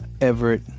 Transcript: Everett